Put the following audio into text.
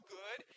good